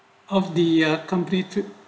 of the ah company trip